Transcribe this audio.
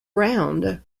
round